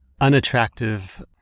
unattractive